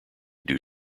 due